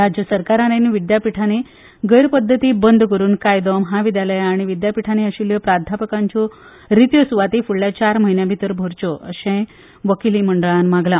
राज्य सरकारान आनी विद्यापीठानी गैरपध्दती बंद करून कायदो म्हाविद्यालया आनी विद्यापीठानी आशिल्ल्यो प्राध्यापकांच्यो रित्यो सुवाती फुडल्या चार म्हयन्याभितर भरच्यो अशेय वकीली मंडळान मागला